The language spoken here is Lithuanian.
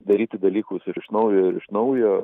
daryti dalykus iš naujo ir iš naujo